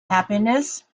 happiness